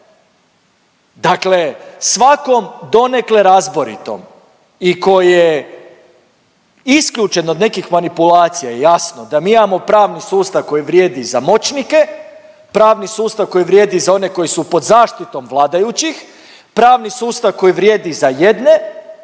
Dakle, svakom donekle razboritom i tko je isključen od nekih manipulacija jasno da mi imamo pravni sustav koji vrijedi za moćnike, pravni sustav koji vrijedi za one koji su pod zaštitom vladajućih, pravni sustav koji vrijedi za jedne,